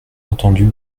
entendu